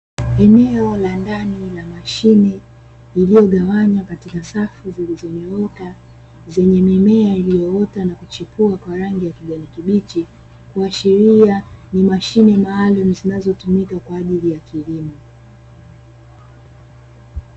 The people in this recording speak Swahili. Eneo la ndani la mashine iliyogawanywa katika safu zilizonyooka zenye mimea iliyoota na kuchipua kwa rangi ya kijani kibichi, kuashiria ni mashine maalumu zinazotumika kwa ajili ya kilimo.